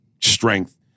strength